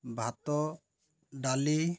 ଭାତ ଡାଲି